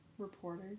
Reporters